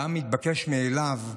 גם מתבקש מאליו,